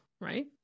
right